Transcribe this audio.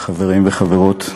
חברים וחברות,